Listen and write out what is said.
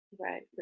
right